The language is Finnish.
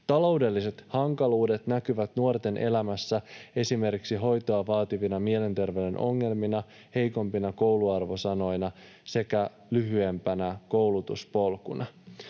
Taloudelliset hankaluudet näkyvät nuorten elämässä esimerkiksi hoitoa vaativina mielenterveyden ongelmina, heikompina kouluarvosanoina sekä lyhyempänä koulutuspolkuna.